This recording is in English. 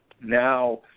now